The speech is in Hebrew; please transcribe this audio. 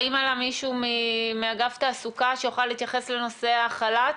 האם עלה מישהו מאגף תעסוקה שיוכל להתייחס לנושא החל"ת?